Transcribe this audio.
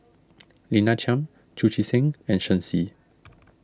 Lina Chiam Chu Chee Seng and Shen Xi